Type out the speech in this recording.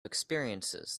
experiences